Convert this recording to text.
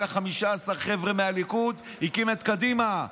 לקח 15 חבר'ה מהליכוד והקים את קדימה,